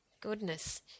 Goodness